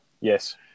Yes